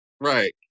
right